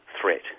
threat